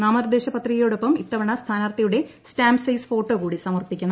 നാമനിർദേശ പത്രികയോടൊപ്പം ഇത്തവണ സ്ഥാനാർത്ഥിയുടെ സ്റ്റാംപ് സൈസ് ഫോട്ടോ കൂടി സ മർപ്പിക്കണം